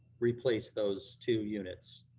replace those two units.